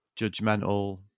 judgmental